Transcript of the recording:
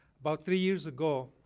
but three years ago,